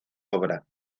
obra